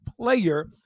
player